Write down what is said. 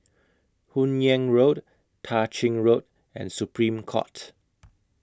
Hun Yeang Road Tah Ching Road and Supreme Court